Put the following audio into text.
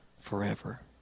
forever